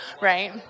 right